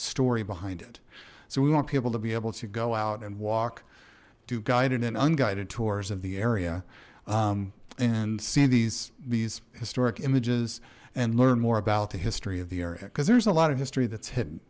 store behind it so we want people to be able to go out and walk do guided and unguided tours of the area and see these these historic images and learn more about the history of the area because there's a lot of history that's hidden